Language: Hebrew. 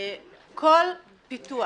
כל פיתוח